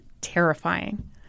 terrifying